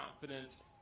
confidence